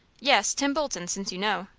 yes, tim bolton, since you know.